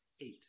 Eight